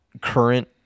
current